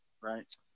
Right